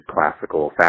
classical